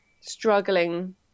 struggling